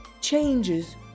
changes